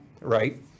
right